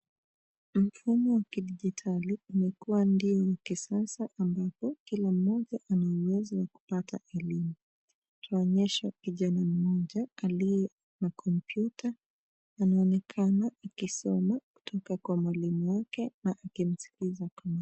Mfumo wa kidijitali umekua ndio wa kisasa ambapo kila mmoja ana uwezo wa kupata elimu. Tunaonyeshwa kijana mmoja aliye na kompyuta anaonekana akisoma kutoka kwa mwalimu wake na akimsikiza kwa makini.